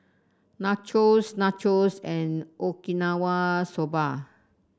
Nachos Nachos and Okinawa Soba